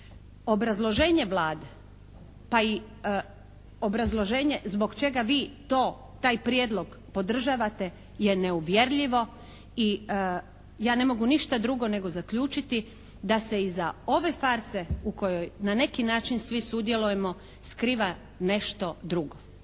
Obrazloženje Vlade, pa i obrazloženje zbog čega vi to, taj prijedlog podržavate je neuvjerljivo i ja ne mogu ništa drugo nego zaključiti da se iza ove farse u kojoj na neki način svi sudjelujemo skriva nešto drugo,